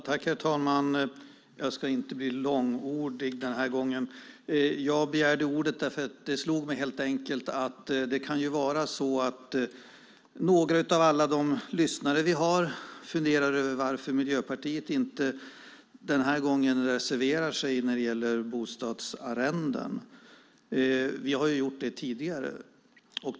Herr talman! Jag ska inte bli mångordig den här gången. Jag begärde ordet för att det slog mig att några av de lyssnare vi har funderar över varför Miljöpartiet den här gången inte reserverar sig när det gäller bostadsarrenden. Vi har ju gjort det tidigare.